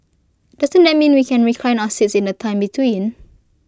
doesn't that mean that we can recline our seats in the time between